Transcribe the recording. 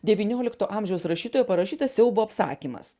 devyniolikto amžiaus rašytojo parašytas siaubo apsakymas